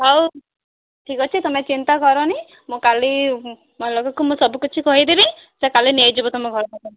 ହଉ ଠିକ ଅଛି ତୁମେ ଚିନ୍ତା କରନି ମୁଁ କାଲି ମୁଁ ସବୁକିଛି କହିଦେବି ସେ କାଲି ନେଇଯିବ ତୁମ ଘର ପାଖକୁ